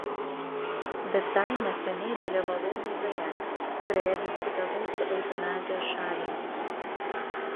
visai neseniai dalyvavau laidoje kurioje diskutavau su eutanazijos šalininku